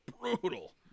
brutal